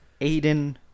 Aiden